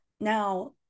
Now